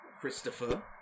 Christopher